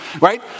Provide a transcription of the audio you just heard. right